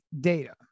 data